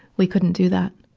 we couldn't do that.